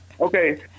Okay